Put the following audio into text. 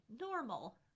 normal